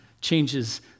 changes